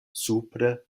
supre